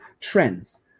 Trends